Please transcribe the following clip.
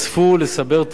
לסבר את האוזן,